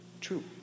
true